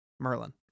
merlin